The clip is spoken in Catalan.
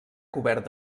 cobert